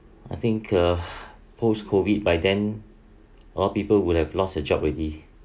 I think a post-COVID by then all people would have lost their job already